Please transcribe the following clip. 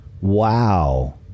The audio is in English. wow